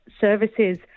services